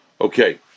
Okay